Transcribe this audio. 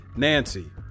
Nancy